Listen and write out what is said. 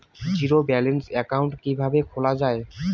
Zero balance account কিভাবে খোলা হয়?